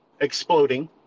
exploding